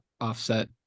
offset